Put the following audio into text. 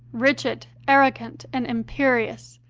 rigid, arrogant, and imperious,